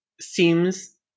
seems